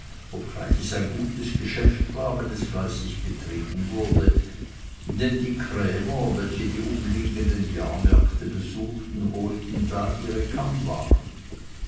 obgleich es ein gutes geschäft war wenn es fleißig betrieben wurde denn die krämer welche die umliegenden jahrmärkte besuchten holten da ihre